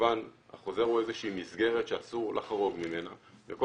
כמובן החוזר הוא איזה שהיא מסגרת שאסור לחרוג ממנה וכל